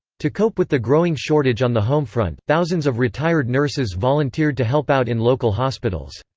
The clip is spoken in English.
to cope with the growing shortage on the homefront, thousands of retired nurses volunteered to help out in local hospitals.